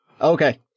Okay